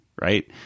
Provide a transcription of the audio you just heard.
right